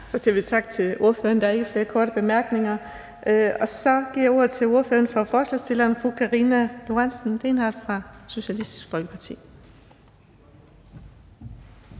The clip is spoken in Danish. Så siger vi tak til ordføreren. Der er ikke flere korte bemærkninger. Og så giver jeg ordet til ordføreren for forslagsstillerne, fru Karina Lorentzen Dehnhardt fra Socialistisk Folkeparti.